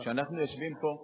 כשאנחנו יושבים פה,